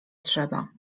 trzeba